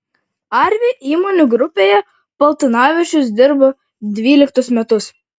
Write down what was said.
arvi įmonių grupėje paltanavičius dirba dvyliktus metus